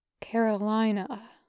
Carolina